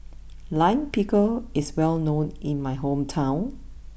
Lime Pickle is well known in my hometown